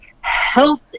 health